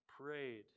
prayed